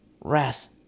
Wrath